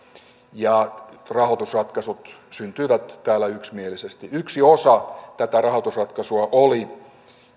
ja rahoitusratkaisut syntyivät täällä yksimielisesti yksi osa tätä rahoitusratkaisua oli